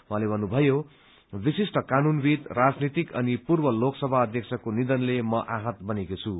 उहाँले भन्नुभयो विशिष्ट कानूनविद् राजनीतिक अनि पूर्व लोकसभा अध्यक्षको निधनले म आहत बनेकी छु